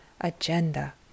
agenda